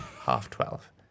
half-twelve